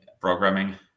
programming